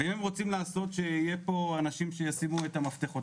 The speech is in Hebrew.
ואם הם רוצים לעשות שיהיו פה אנשים שישימו את המפתחות,